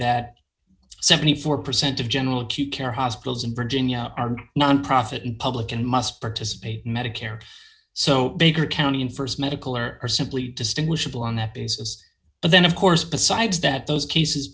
that seventy four percent of general acute care hospitals in virginia are nonprofit and public and must participate in medicare so baker county and st medical are are simply distinguishable on that basis but then of course besides that those cases